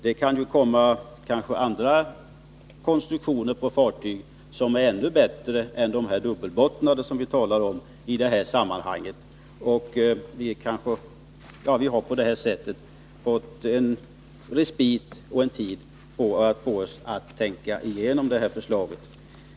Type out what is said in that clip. Det kan kanske komma fram andra konstruktioner på fartyg, som är ännu bättre än de dubbelbottnade vi talar om i det här sammanhanget. På det här sättet har vi fått en respit, under vilken vi kan tänka igenom förslaget.